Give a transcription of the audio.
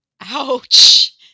Ouch